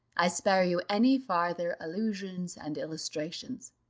i spare you any farther allusion and illustrations,